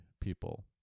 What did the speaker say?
people